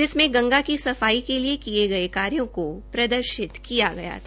जिसमें गंगा की सफाई के लिए किए गए कार्यों को प्रदर्शित किया गया था